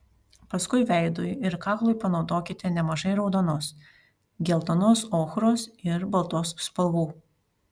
paskui veidui ir kaklui panaudokite nemažai raudonos geltonos ochros ir baltos spalvų